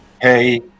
Hey